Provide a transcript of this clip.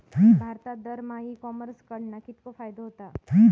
भारतात दरमहा e commerce कडणा कितको फायदो होता?